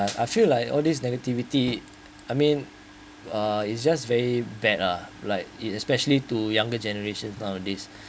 I feel like all this negativity I mean uh it's just very bad lah like it especially to younger generations nowadays